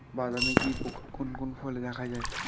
বাদামি কি পোকা কোন কোন ফলে দেখা যায়?